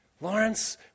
Lawrence